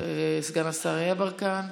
סגן השר גדי יברקן,